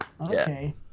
Okay